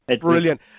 brilliant